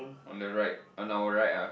on the right on our right ah